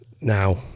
now